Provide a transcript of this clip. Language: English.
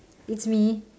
it's me